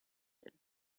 and